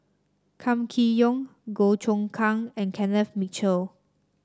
Kam Kee Yong Goh Choon Kang and Kenneth Mitchell